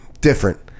different